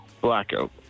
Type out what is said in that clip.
blackout